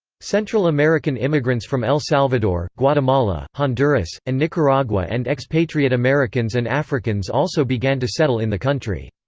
central american immigrants from el salvador, guatemala, honduras, and nicaragua and expatriate americans and africans also began to settle in the country.